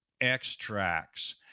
extracts